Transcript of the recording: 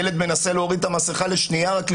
ילד מנסה להוריד את המסכה רק לנשום,